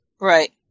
Right